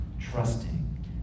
trusting